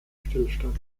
stillstand